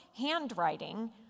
handwriting